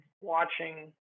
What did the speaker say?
watching